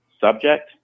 subject